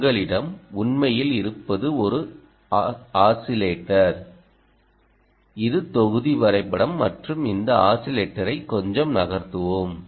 உங்களிடம் உண்மையில் இருப்பது ஒரு ஆஸிலேட்டர் இது தொகுதி வரைபடம் மற்றும் இந்த ஆஸிலேட்டரை கொஞ்சம் நகர்த்துவோம்